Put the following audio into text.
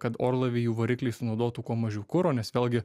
kad orlaiviai jų varikliai sunaudotų kuo mažiau kuro nes vėlgi